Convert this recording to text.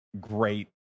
great